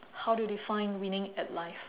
how do you define winning at life